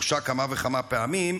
מורשע כמה וכמה פעמים,